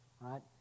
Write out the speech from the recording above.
right